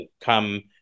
come